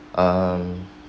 um